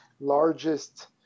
largest